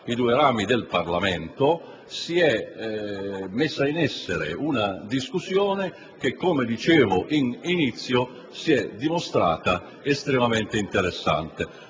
i due rami del Parlamento, è stata posta in essere una discussione che, come dicevo all'inizio, si è dimostrata estremamente interessante.